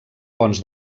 ponts